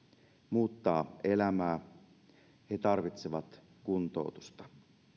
muuttaa elämää he tarvitsevat kuntoutusta